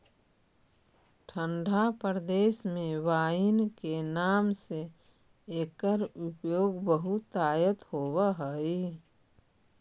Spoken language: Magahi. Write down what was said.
ठण्ढा प्रदेश में वाइन के नाम से एकर उपयोग बहुतायत होवऽ हइ